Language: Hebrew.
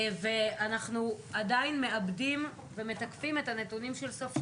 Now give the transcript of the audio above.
ואנחנו עדיין מעבדים ומתקפים את הנתונים של סוף השנה,